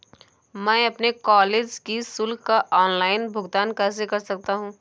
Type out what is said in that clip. मैं अपने कॉलेज की शुल्क का ऑनलाइन भुगतान कैसे कर सकता हूँ?